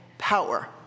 power